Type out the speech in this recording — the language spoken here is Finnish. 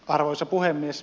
arvoisa puhemies